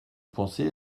pensez